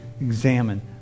examine